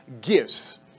gifts